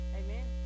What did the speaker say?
amen